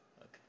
okay